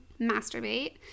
masturbate